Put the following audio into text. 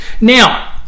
Now